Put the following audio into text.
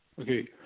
Okay